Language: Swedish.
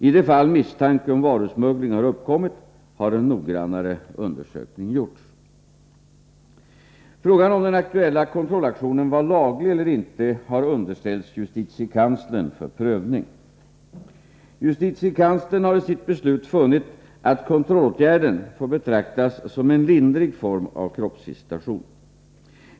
I de fall misstanke om varusmuggling har uppkommit har en noggrannare undersökning gjorts. Frågan om den aktuella kontrollaktionen har varit laglig eller inte har underställts justitiekanslern för prövning. Justitiekanslern har i sitt beslut funnit att kontrollåtgärden får betraktas som en lindrig form av kroppsvisitation.